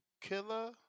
Killer